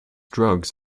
drugs